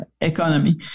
economy